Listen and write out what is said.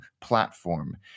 platform